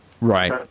Right